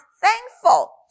thankful